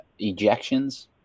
ejections